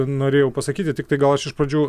norėjau pasakyti tiktai gal aš iš pradžių